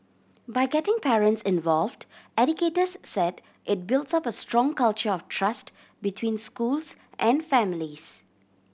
by getting parents involved educators said it builds up a strong culture of trust between schools and families